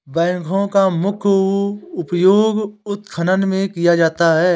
backhoe का मुख्य उपयोग उत्खनन में किया जाता है